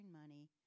money